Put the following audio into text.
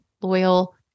loyal